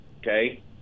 Okay